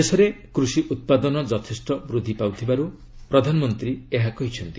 ଦେଶରେ କୃଷି ଉତ୍ପାଦନ ଯଥେଷ୍ଟ ବୃଦ୍ଧି ପାଉଥିବାରୁ ପ୍ରଧାନମନ୍ତ୍ରୀ ଏହା କହିଛନ୍ତି